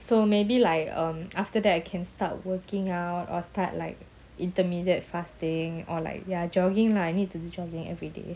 so maybe like um after that I can start working out or start like intermittent fasting or like ya jogging lah I need to the jogging everyday